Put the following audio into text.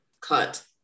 cut